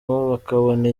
bakabona